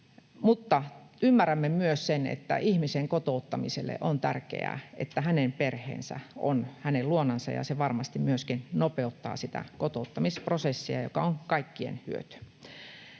mutta ymmärrämme myös sen, että ihmisen kotouttamiselle on tärkeää, että hänen perheensä on hänen luonansa ja se varmasti myöskin nopeuttaa sitä kotouttamisprosessia, joka on kaikkien hyöty.